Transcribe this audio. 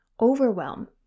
Overwhelm